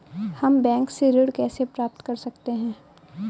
हम बैंक से ऋण कैसे प्राप्त कर सकते हैं?